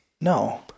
No